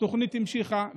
התוכנית המשיכה,